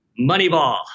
Moneyball